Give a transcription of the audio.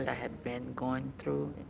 and had been going through,